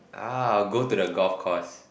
ahh go to the golf course